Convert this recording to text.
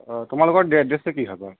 অঁ তোমালোকৰ এড্ৰেচটো কি হয় বাৰু